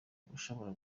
ushobora